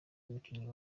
umukinnyi